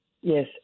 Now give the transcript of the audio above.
yes